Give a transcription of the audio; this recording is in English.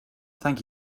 thank